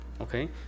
okay